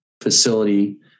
facility